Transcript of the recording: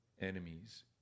enemies